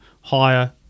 higher